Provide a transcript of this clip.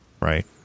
right